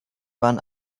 waren